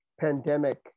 pandemic